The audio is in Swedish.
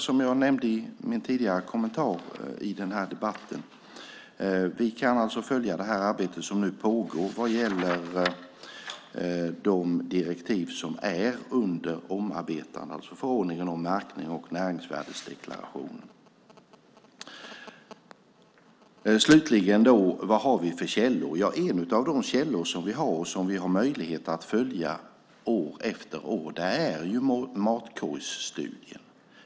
Som jag nämnde i min tidigare kommentar i debatten kan vi följa det arbete som nu pågår vad gäller de direktiv som är under omarbetande, alltså förordningen om märkning och näringsvärdesdeklaration. Slutligen: Vad har vi för källor? En av de källor som vi har och som vi har möjlighet att följa år efter år är matkorgsstudien.